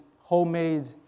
homemade